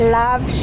love